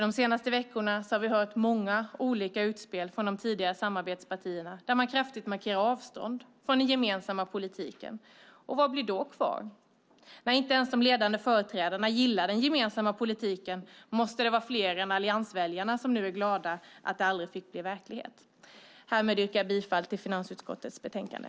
De senaste veckorna har vi hört många olika utspel från de tidigare samarbetspartierna där man kraftigt markerar avstånd från den gemensamma politiken. Och vad blir då kvar? När inte ens de ledande företrädarna gillar den gemensamma politiken måste det vara fler än alliansväljarna som nu är glada att den aldrig fick bli verklighet. Härmed yrkar jag bifall till förslaget i finansutskottets betänkande.